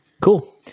Cool